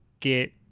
get